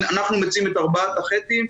אנחנו מציעים את ארבעת החי"תים,